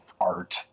art